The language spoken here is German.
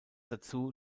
dazu